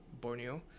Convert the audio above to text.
Borneo